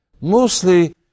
Mostly